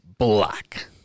black